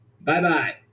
Bye-bye